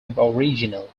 aboriginal